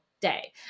day